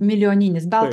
milijoninis gal